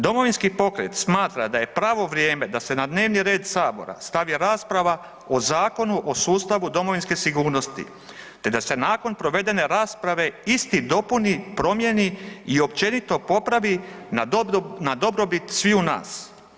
Domovinski pokret smatra da je pravo vrijeme da se na dnevni red sabora stavi rasprava o Zakonu o sustavu domovinske sigurnosti, te da se nakon provedene rasprave isti dopuni, promijeni i općenito popravi na dobrobit sviju nas.